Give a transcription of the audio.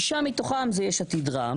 אז 6 מתוך כלל החברים הם מיש עתיד ורע"ם,